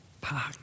park